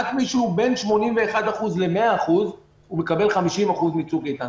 רק מי שהוא בין 81% ל-100% מקבל 50% מצוק איתן.